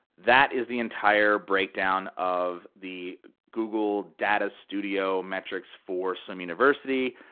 that is the entire breakdown of the google data studio metrics for swim university.